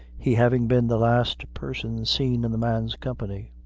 he having been the last person seen in the man's company.